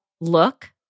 look